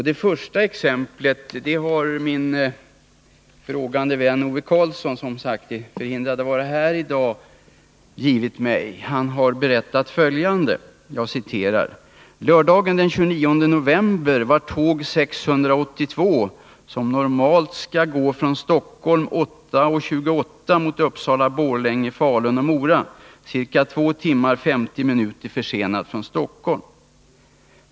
Det första exemplet ger min frågande vän Ove Karlsson, vilken som sagt är förhindrad att vara här i dag. Han har berättat följande: ”Lördagen den 29 november var tåg 682, som normalt skall gå från Stockholm kl. 8.28 mot Uppsala, Borlänge, Falun och Mora, ca 2 timmar och 50 minuter försenat från Stockholm.